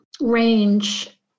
range